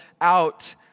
out